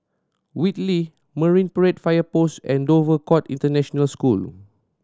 Whitley Marine Parade Fire Post and Dover Court International School